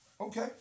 Okay